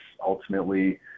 Ultimately